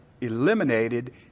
eliminated